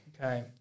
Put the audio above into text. Okay